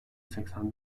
seksen